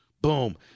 Boom